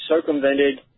circumvented